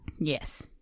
yes